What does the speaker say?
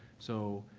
so,